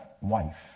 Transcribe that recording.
wife